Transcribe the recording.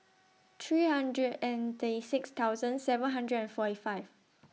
three hundred and thirty six thousand seven hundred and forty five